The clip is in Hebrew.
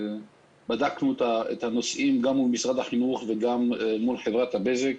בדקנו את הנושאים גם מול משרד החינוך וגם מול בזק.